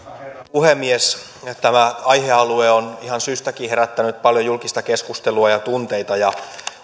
puhemies tämä aihealue on ihan syystäkin herättänyt paljon julkista keskustelua ja tunteita